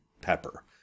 Pepper